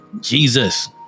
Jesus